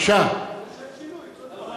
חברת הכנסת מירי רגב,